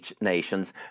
nations